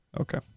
Okay